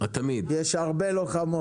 יש הרבה לוחמות.